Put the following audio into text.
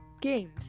games